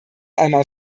einmal